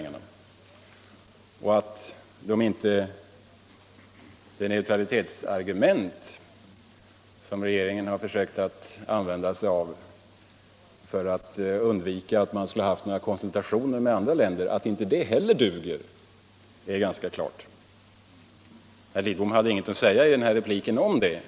Att det neutralitetsargument som regeringen försökt använda för att motivera att man inte haft några konsultationer med andra länder inte heller duger står också klart. Herr Lidbom hade i sin sista replik ingenting att säga om detta.